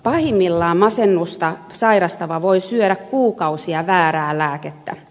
pahimmillaan masennusta sairastava voi syödä kuukausia väärää lääkettä